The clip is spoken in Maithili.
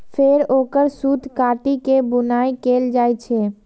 फेर ओकर सूत काटि के बुनाइ कैल जाइ छै